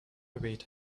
wait